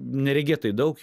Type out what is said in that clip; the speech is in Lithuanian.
neregėtai daug